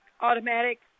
automatic